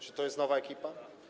Czy to jest nowa ekipa?